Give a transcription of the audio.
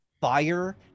fire